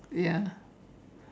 ya